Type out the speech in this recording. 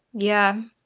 yeah.